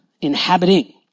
Inhabiting